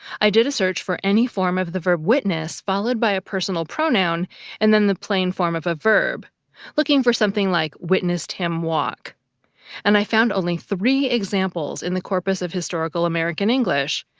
i did a search for any form of the verb witness followed by a personal pronoun and then the plain form of a verb looking for something like witnessed him walk and i found only three examples in the corpus of historical american english,